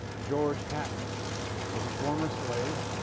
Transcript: george hatton was a former slave.